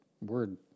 Word